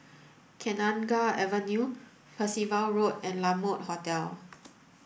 Kenanga Avenue Percival Road and La Mode Hotel